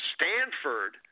Stanford